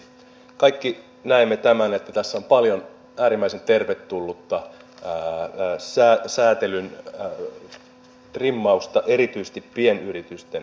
kaikki näemme tämän että tässä on paljon äärimmäisen tervetullutta sääntelyn trimmausta erityisesti pienyritysten kannalta